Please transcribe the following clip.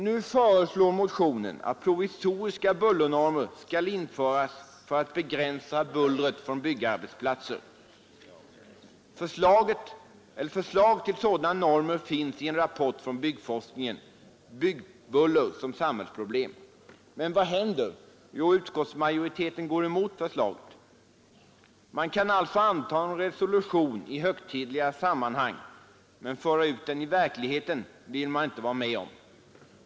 Nu föreslår vi motionärer att provisoriska bullernormer skall införas för att begränsa bullret från byggarbetsplatser. Förslag till sådana normer finns i en rapport från byggforskningen, Byggbuller som samhällsproblem. Men vad händer? Jo, utskottsmajoriteten går emot förslaget. Man kan alltså anta en resolution i högtidliga sammanhang, men föra ut den i verkligheten vill man inte vara med om.